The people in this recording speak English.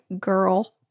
girl